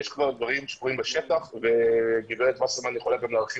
יש כבר דברים שקבועים בשטח וגברת וסרמן יכולה להרחיב